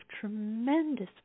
tremendous